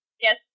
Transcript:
Yes